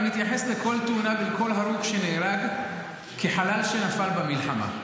אני מתייחס לכל תאונה ולכל הרוג שנהרג כחלל שנפל במלחמה.